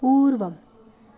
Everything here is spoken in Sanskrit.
पूर्वम्